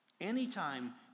Anytime